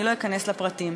אני לא אכנס לפרטים.